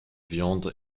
viande